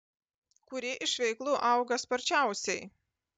kuri iš veiklų auga sparčiausiai